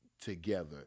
together